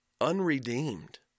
unredeemed